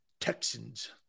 Texans